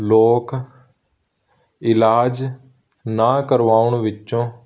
ਲੋਕ ਇਲਾਜ ਨਾ ਕਰਵਾਉਣ ਵਿੱਚੋਂ